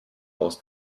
aus